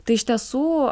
tai iš tiesų